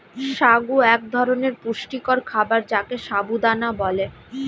সাগু এক ধরনের পুষ্টিকর খাবার যাকে সাবু দানা বলে